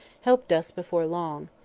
helped us before long.